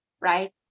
right